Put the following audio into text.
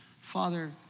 Father